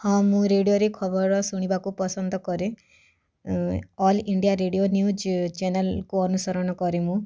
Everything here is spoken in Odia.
ହଁ ମୁଁ ରେଡ଼ିଓରେ ଖବର ଶୁଣିବାକୁ ପସନ୍ଦ କରେ ଅଲ୍ ଇଣ୍ଡିଆ ରେଡ଼ିଓ ନ୍ୟୂଜ୍ ଚ୍ୟାନେଲ୍କୁ ଅନୁସରଣ କରେ ମୁଁ